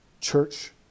church